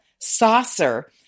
saucer